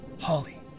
Holly